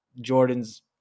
jordan's